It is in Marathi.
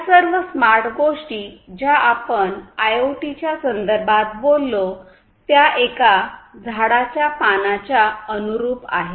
या सर्व स्मार्ट गोष्टी ज्या आपण आयओटीच्या संदर्भात बोललो त्या एका झाडाच्या पानांच्या अनुरूप आहेत